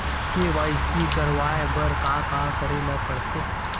KYC करवाय बर का का करे ल पड़थे?